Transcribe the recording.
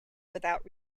without